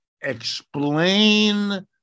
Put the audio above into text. explain